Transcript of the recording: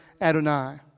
Adonai